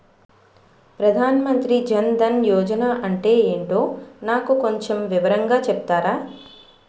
ప్రధాన్ మంత్రి జన్ దన్ యోజన అంటే ఏంటో నాకు కొంచెం వివరంగా చెపుతారా?